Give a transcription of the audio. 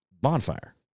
Bonfire